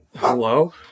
Hello